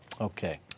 Okay